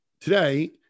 Today